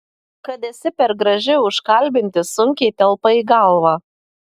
kad esi per graži užkalbinti sunkiai telpa į galvą